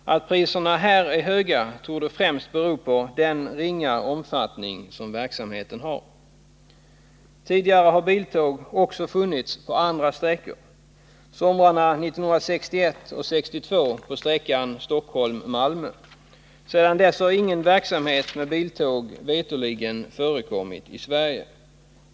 Att priserna här är höga torde främst bero på den ringa omfattning som verksamheten har. Tidigare har biltåg också funnits på andra sträckor, somrarna 1961 och 1962 på sträckan Stockholm-Malmö. Sedan dess har veterligen ingen verksamhet med biltåg förekommit i Sverige.